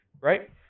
right